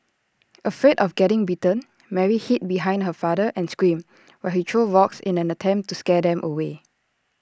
afraid of getting bitten Mary hid behind her father and screamed while he threw rocks in an attempt to scare them away